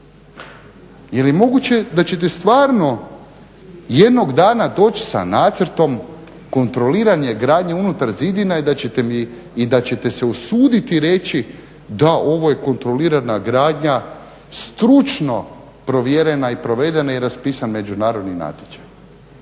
Je li moguće da ćete stvarno jednog dana doći sa nacrtom kontroliranje gradnje unutar zidina i da ćete se usuditi reći da, ovo je kontrolirana gradnja, stručno provjerena i provedena i raspisan međunarodni natječaj.